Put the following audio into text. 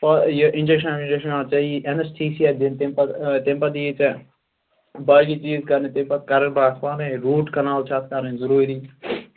یہِ اِنجَکشَن وِنجَکشَن اَتھ ژےٚ ییی اینَستھیٖسیا دِنہٕ تَمہِ پَتہٕ تَمہِ پَتہٕ ییی ژےٚ باقٕے چیٖز کَرنہٕ تمہٕ پَتہٕ کَرٕ بہٕ اَتھ پانے روٗٹ کَنال چھِ اَتھ کَرٕنۍ ضروٗری